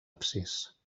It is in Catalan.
absis